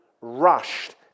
rushed